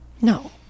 no